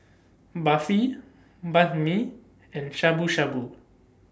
Barfi Banh MI and Shabu Shabu